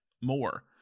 more